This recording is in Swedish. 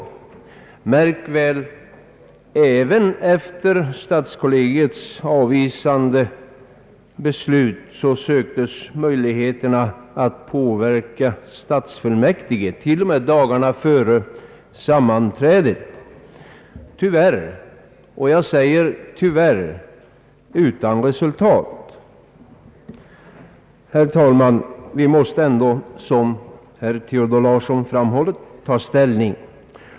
Även efter stadskollegiets avvisande beslut söktes möjligheter att påverka stadsfullmäktige till och med dagarna före sammanträdet, tyvärr — jag säger tyvärr — utan resultat. Herr talman, vi måste ändå, som herr Nils Theodor Larsson framhållit, ta ställning.